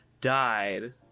died